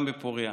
גם בפוריה.